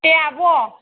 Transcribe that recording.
दे आब'